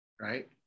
Right